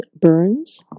burns